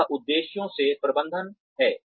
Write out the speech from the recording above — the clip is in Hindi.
वह उद्देश्यों से प्रबंधन है